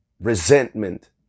resentment